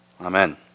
Amen